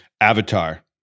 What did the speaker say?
Avatar